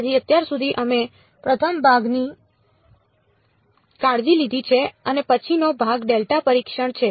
તેથી અત્યાર સુધી અમે પ્રથમ ભાગની કાળજી લીધી છે અને પછીનો ભાગ ડેલ્ટા પરીક્ષણ છે